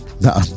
no